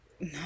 No